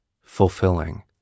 fulfilling